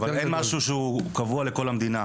אבל אין משהו שהוא קבוע לכל המדינה?